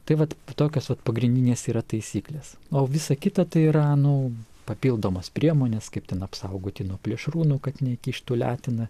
tai vat tokios vat pagrindinės yra taisyklės o visa kita tai yra nu papildomos priemonės kaip ten apsaugoti nuo plėšrūnų kad neįkištų leteną